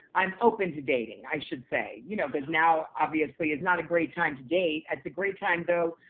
i'm open to dating, i should say. you know cause now, obviously, is not a great time to date. it's a great time though,